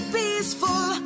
peaceful